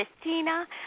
Christina